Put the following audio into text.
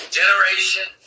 generation